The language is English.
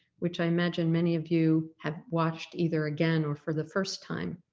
which i imagine many of you have watched either again or for the first time,